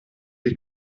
dei